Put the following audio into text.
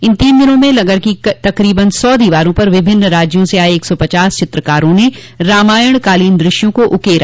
इन तीन दिनों में नगर की तकरीबन सौ दीवारों पर विभिन्न राज्यों से आये एक सौ पचास चित्रकारों ने रामायणकालीन दृश्यों को उकेरा